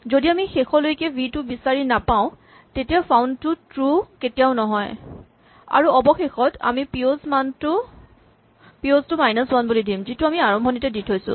যদি আমি শেষলৈকে ভি টো বিচাৰি নাপাওঁ তেতিয়া ফাউন্ড টো ট্ৰো কেতিয়াও নহয় আৰু অৱশেষত আমি পিঅ'ছ টো মাইনাচ ৱান বুলি দিম যিটো আমি আৰম্ভণিতে দি থৈছো